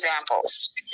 examples